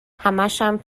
همشم